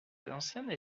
anciens